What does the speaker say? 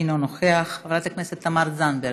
אינו נוכח, חברת הכנסת תמר זנדברג,